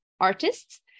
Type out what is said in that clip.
artists